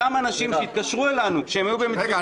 אותם אנשים שהתקשרו אלינו כשהם היו במצוקה --- רגע.